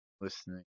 listening